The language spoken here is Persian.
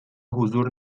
حضور